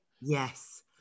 yes